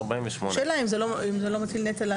השאלה אם זה לא מטיל נטל.